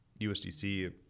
USDC